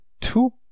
two